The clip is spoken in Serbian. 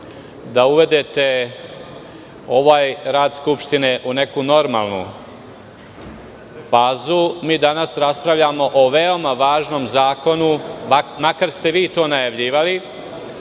da uvedete ovaj rad Skupštine u neku normalnu fazu. Mi danas raspravljamo o veoma važnom zakonu, makar ste vi to najavljivali,